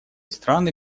страны